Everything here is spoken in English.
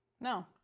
No